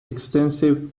extensive